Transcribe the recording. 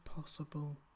possible